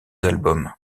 albums